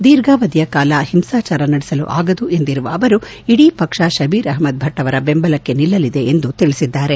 ದೀರ್ಘಾವಧಿಯ ಕಾಲ ಹಿಂಸಾಚಾರ ನಡೆಸಲು ಆಗದು ಎಂದಿರುವ ಅವರು ಇಡೀ ಪಕ್ಷ ಕಬೀರ್ ಅಹಮದ್ ಭಟ್ ಅವರ ಬೆಂಬಲಕ್ಕೆ ನಿಲ್ಲಲಿದೆ ಎಂದು ತಿಳಿಸಿದ್ದಾರೆ